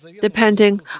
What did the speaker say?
depending